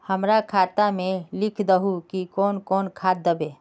हमरा खाता में लिख दहु की कौन कौन खाद दबे?